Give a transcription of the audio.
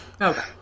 Okay